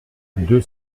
deux